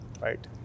right